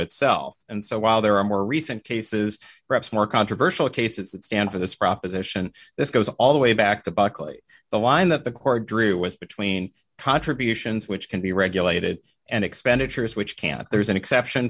itself and so while there are more recent cases perhaps more controversial cases that stand for this proposition this goes all the way back to buckley the line that the court drew was between contributions which can be regulated and expenditures which can't there's an exception